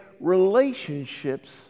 relationships